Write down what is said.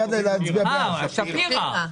שפירא.